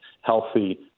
healthy